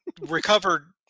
recovered